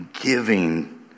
giving